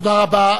תודה רבה.